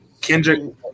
Kendrick